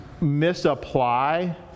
misapply